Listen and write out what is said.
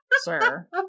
sir